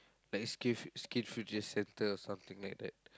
like the skills Skills Future center or something like that